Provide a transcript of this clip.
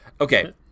Okay